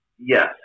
Yes